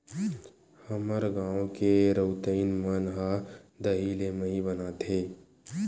हमर गांव के रउतइन मन ह दही ले मही बनाथे